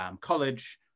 college